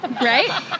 right